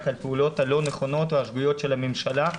על הפעולות הלא נכונות או השגויות של הממשלה.